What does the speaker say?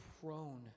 prone